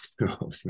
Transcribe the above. no